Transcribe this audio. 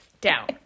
down